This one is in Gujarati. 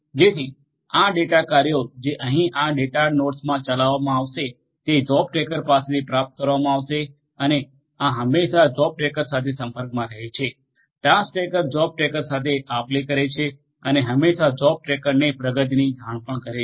જેથી આ ડેટા કાર્યો જે અહીં આ ડેટાનોડ્સમાં ચલાવવામાં આવશે તે જોબ ટ્રેકર પાસેથી પ્રાપ્ત કરવામાં આવે છે અને આ હંમેશા જોબ ટ્રેકર સાથે સંપર્કમાં રહે છે ટાસ્ક ટ્રેકર જોબ ટ્રેકર સાથે આપલે કરે છે અને હંમેશા જોબ ટ્રેકરને પ્રગતિની જાણ પણ કરે છે